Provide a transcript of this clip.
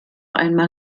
einmal